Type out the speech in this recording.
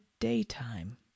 Daytime